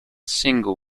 single